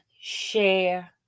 share